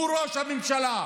הוא ראש ממשלה,